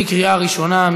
בקריאה ראשונה.